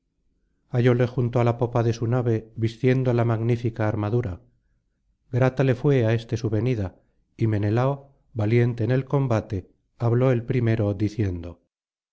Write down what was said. hallóle junto á la popa de su nave vistiendo la magnífica armadura grata le fué á éste su venida y menelao valiente en el combate habló el primero diciendo